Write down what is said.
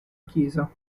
chiesa